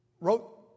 wrote